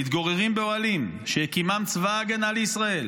"מתגוררים באוהלים שהקימם צבא ההגנה לישראל,